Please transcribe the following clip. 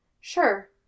Sure